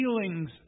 feelings